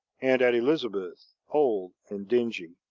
and at elizabeth, old and dingy.